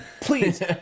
Please